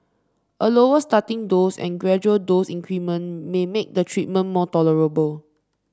a lower starting dose and gradual dose increment may make the treatment more tolerable